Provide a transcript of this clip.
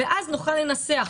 אז נוכל לנצח.